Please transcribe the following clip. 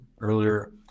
earlier